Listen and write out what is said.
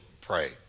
pray